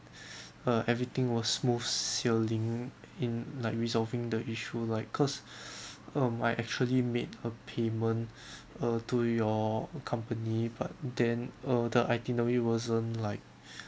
uh everything was smooth sailing in like resolving the issue like cause um I actually made a payment uh to your company but then uh the itinerary wasn't like